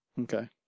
Okay